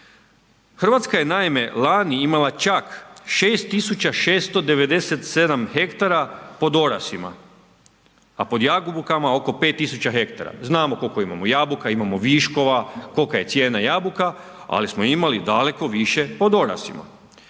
Hrvatska je naime lani imala čak 6 tisuća 697 hektara pod orasima a pod jabukama oko 5 tisuća hektara. Znamo koliko imamo jabuka, imamo viškova, kolika je cijena jabuka ali smo imali daleko više pod orasima.